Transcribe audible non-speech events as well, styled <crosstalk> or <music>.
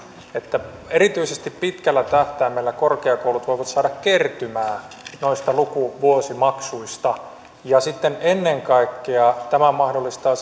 erityisesti pitkällä tähtäimellä korkeakoulut voivat saada kertymää noista lukuvuosimaksuista ja sitten ennen kaikkea tämä mahdollistaa <unintelligible>